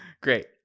Great